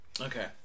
Okay